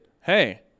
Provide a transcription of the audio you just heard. hey